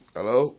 Hello